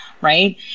right